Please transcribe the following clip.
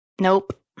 Nope